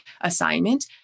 assignment